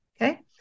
okay